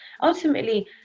ultimately